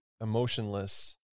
emotionless